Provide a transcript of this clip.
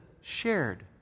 shared